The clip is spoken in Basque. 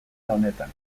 honetan